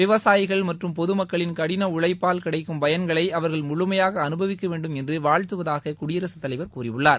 விவசாயிகள் மற்றம் பொதுமக்களின் கடின உழைப்பால் கிடைக்கும் பயன்களை அவர்கள் முழுமையாக அனுபவிக்கவேண்டும் என்று வாழ்த்துவதாக குடியரசுத்தலைவர் கூறியுள்ளார்